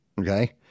okay